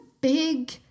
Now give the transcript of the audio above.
big